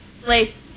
place